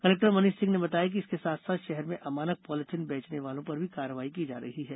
collector Manish Singh ने बताया कि इसके साथ साथ शहर में अमानक पोलिथिन बेचने वालों पर भी कार्रवाई की जा रही है